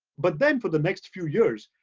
but then for the next few years,